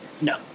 No